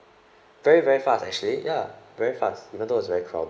very very fast actually ya very fast even though it's very crowded